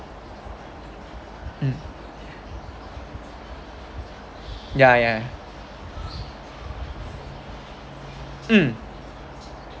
mm ya ya mm